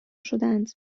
شدهاند